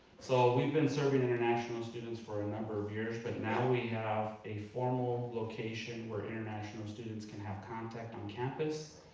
so we've been serving international students for a number of years, but now we have a formal location where international students can have contact on campus.